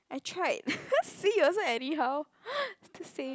I tried see you also anyhow it's the same